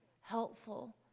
helpful